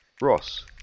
Ross